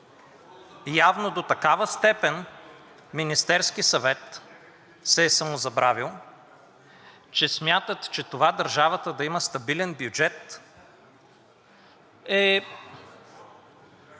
Явно до такава степен Министерският съвет се е самозабравил, че смятат, че това държавата да има стабилен бюджет, е